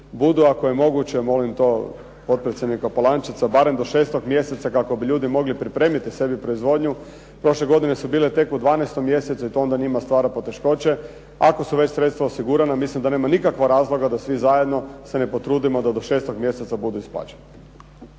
budu ako je moguće, molim to potpredsjednika Polančeca, barem do 6. mjeseca kako bi ljudi mogli pripremiti sebi proizvodnju. Prošle godine su bile tek u 12. mjesecu i to onda njima stvara poteškoće. Ako su već sredstva osigurana, mislim da nema nikakva razloga da svi zajedno se ne potrudimo da do 6. mjeseca budu isplaćene.